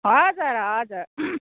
हजुर हजुर